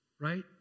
right